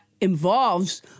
involves